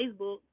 Facebook